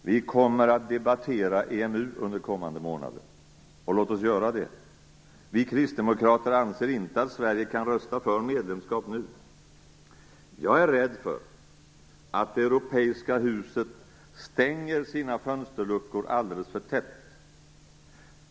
Vi kommer att debattera EMU under kommande månader, och låt oss göra det. Vi kristdemokrater anser inte att Sverige kan rösta för medlemskap nu. Jag är rädd för att det europeiska huset stänger sina fönsterluckor så att de blir alldeles för täta.